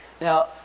Now